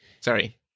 Sorry